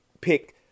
pick